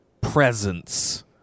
presence